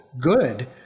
good